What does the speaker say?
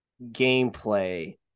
gameplay